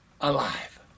Alive